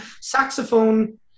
saxophone